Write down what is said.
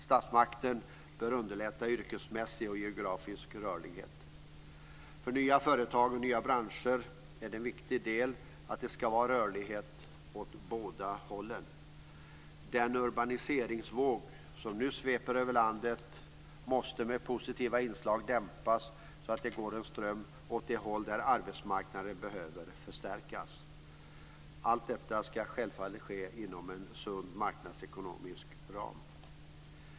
Statsmakten bör underlätta yrkesmässig och geografisk rörlighet. För nya företag och nya branscher är det en viktig del att det ska vara rörlighet åt båda håll. Den urbaniseringsvåg som nu sveper över landet måste med positiva inslag dämpas så att det går en ström åt det håll där arbetsmarknaden behöver förstärkas. Allt detta ska självfallet ske inom en sund marknadsekonomisk ram.